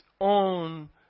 own